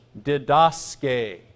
didaske